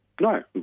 no